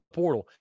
portal